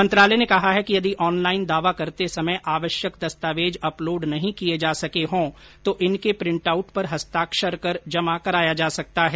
मंत्रालय ने कहा है कि यदि ऑनलाइन दावा करते समय आवश्यक दस्तावेज अपलोड नहीं किये जा सके हों तो इनके प्रिंटआउट पर हस्ताक्षर कर जमा कराया जा सकता है